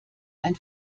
ein